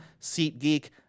SeatGeek